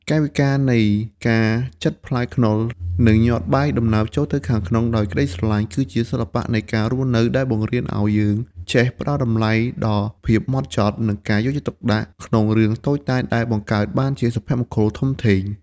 កាយវិការនៃការចិតផ្លែខ្នុរ និងញាត់បាយដំណើបចូលទៅខាងក្នុងដោយក្ដីស្រឡាញ់ គឺជាសិល្បៈនៃការរស់នៅដែលបង្រៀនឱ្យយើងចេះផ្ដល់តម្លៃដល់ភាពហ្មត់ចត់ និងការយកចិត្តទុកដាក់ក្នុងរឿងតូចតាចដែលបង្កើតបានជាសុភមង្គលធំធេង។